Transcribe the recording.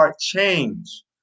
change